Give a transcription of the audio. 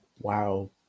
Wow